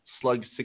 slug